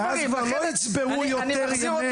ואז לא יצברו יותר ימי חופש.